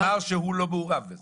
לא, הוא אמר שהוא לא מעורב בזה.